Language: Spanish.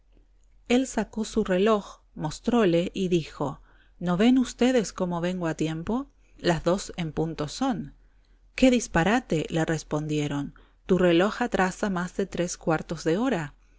él sacó su reloj mostróle y dijo no ven ustedes cómo vengo a tiempo las dos en punto son qué disparate le respondieron tu reloj atrasa más de tres cuartos de hora